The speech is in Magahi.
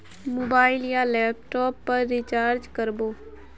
मोबाईल या लैपटॉप पेर रिचार्ज कर बो?